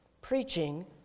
preaching